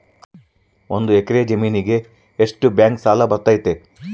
ಒಂದು ಎಕರೆ ಜಮೇನಿಗೆ ಎಷ್ಟು ಬ್ಯಾಂಕ್ ಸಾಲ ಬರ್ತೈತೆ?